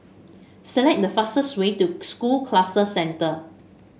select the fastest way to School Cluster Centre